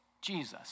Jesus